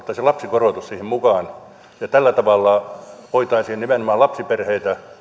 lapsikorotus mukaan tällä tavalla voitaisiin nimenomaan lapsiperheitä